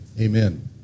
amen